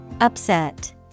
Upset